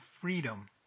freedom